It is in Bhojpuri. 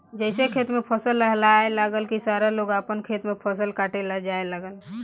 जइसे खेत में फसल लहलहाए लागल की सारा लोग आपन खेत में फसल काटे ला जाए लागल